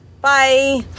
Bye